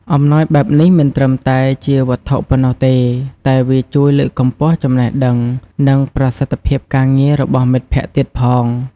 អំណោយបែបនេះមិនត្រឹមតែជាវត្ថុប៉ុណ្ណោះទេ តែវាជួយលើកកម្ពស់ចំណេះដឹង និងប្រសិទ្ធភាពការងាររបស់មិត្តភក្តិទៀតផង។